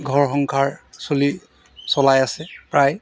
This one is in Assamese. ঘৰ সংসাৰ চলি চলাই আছে প্ৰায়